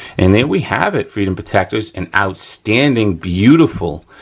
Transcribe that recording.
and there we have it freedom protectors, an outstanding, beautiful,